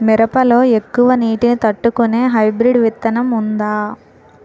మిరప లో ఎక్కువ నీటి ని తట్టుకునే హైబ్రిడ్ విత్తనం వుందా?